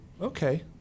Okay